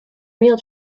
real